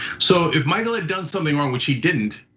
so if michael had done something wrong, which he didn't,